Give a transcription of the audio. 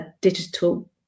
digital